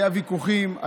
היו ויכוחים,